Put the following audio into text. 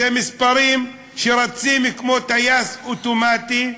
זה מספרים שרצים כמו טייס אוטומטי,